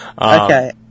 Okay